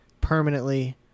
permanently